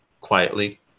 Quietly